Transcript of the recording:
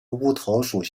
乌头属